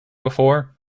before